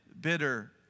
bitter